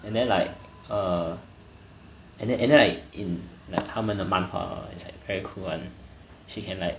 and then like err and then and then like in like 他们的漫画 hor is like very cool [one] she can like